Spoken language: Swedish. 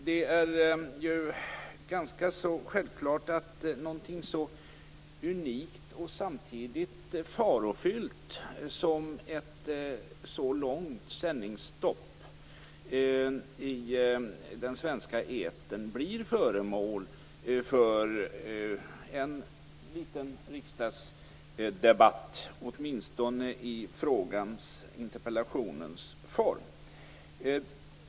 Det är ju ganska självklart att något så unikt och samtidigt farofyllt som ett så långt sändningsstopp i den svenska etern blir föremål för en liten riksdagsdebatt, åtminstone i interpellationens form.